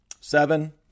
seven